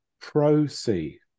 pro-C